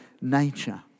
nature